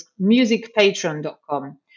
musicpatron.com